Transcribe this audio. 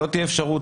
שלא תהיה אפשרות,